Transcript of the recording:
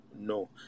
No